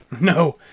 No